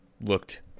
looked